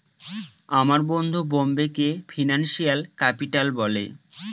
আমার বন্ধু বোম্বেকে ফিনান্সিয়াল ক্যাপিটাল বলে